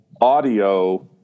audio